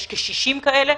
יש כ-60 כאלה,